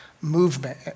movement